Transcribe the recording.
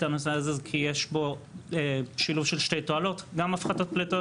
הנושא הזה היא שיש בו שילוב של שתי תועלות: גם הפחתות פליטות,